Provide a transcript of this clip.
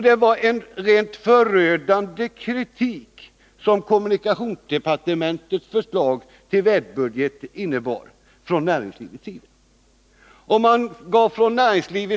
Det var en rent förödande kritik som man från näringslivets sida riktade mot kommunikationsdepartementets förslag.